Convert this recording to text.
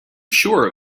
sure